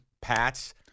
Pats